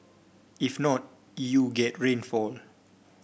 if not you get rainfall